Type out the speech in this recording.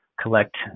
collect